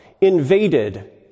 invaded